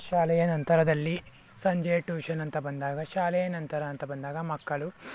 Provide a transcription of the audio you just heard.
ಶಾಲೆಯ ನಂತರದಲ್ಲಿ ಸಂಜೆ ಟ್ಯೂಷನ್ ಅಂತ ಬಂದಾಗ ಶಾಲೆಯ ನಂತರ ಅಂತ ಬಂದಾಗ ಮಕ್ಕಳು